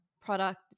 product